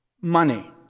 Money